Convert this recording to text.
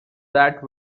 that